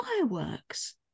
fireworks